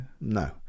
No